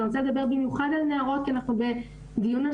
ואני רוצה לדבר במיוחד על נערות כי אנחנו בדיון על